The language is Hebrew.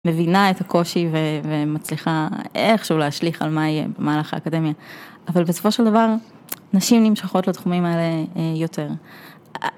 מבינה את הקושי ומצליחה איכשהו להשליך על מה יהיה במהלך האקדמיה. אבל בסופו של דבר, נשים נמשכות לתחומים האלה יותר.